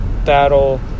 that'll